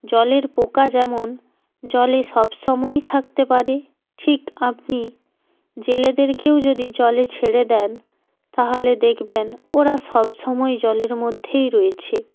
জলের পোকা যেমন জলে সব সময় থাকতে পারে ঠিক আপনি জেলেদেরকেও যদি জলে ছেড়ে দেন তাহলে দেখবেন ওরা সব সময় জলের মধ্যেই রয়েছে